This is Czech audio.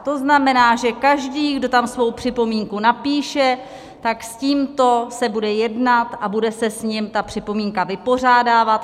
To znamená, že každý, kdo tam svou připomínku napíše, tak s tímto se bude jednat a bude se s ním ta připomínka vypořádávat.